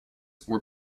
were